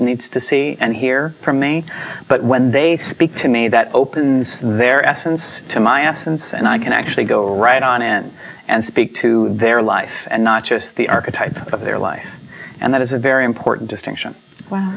needs to see and hear from me but when they speak to me that opens their essence to my absence and i can actually go right on it and speak to their life and not just the archetype of their life and that is a very important distinction